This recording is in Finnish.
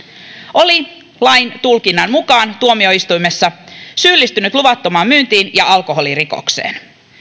oli syyllistynyt lain tulkinnan mukaan tuomioistuimessa luvattomaan myyntiin ja alkoholirikokseen